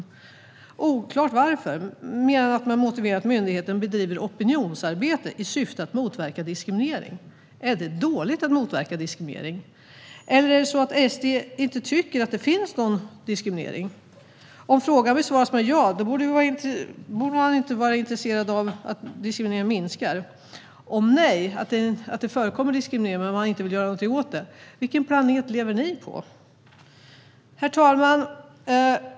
Det är oklart varför, mer än att man menar att myndigheten bedriver opinionsarbete i syfte att motverka diskriminering. Är det dåligt att motverka diskriminering? Eller är det så att SD inte tycker att det finns någon diskriminering? Om frågan besvaras med ja, borde man inte vara intresserad av att diskrimineringen minskar? Om svaret är nej, att det förekommer diskriminering men att man inte vill göra någonting åt det, vilken planet lever ni på? Herr talman!